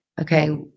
okay